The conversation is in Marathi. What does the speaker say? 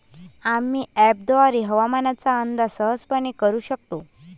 आम्ही अँपपद्वारे हवामानाचा अंदाज सहजपणे करू शकतो